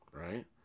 right